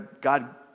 God